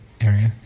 area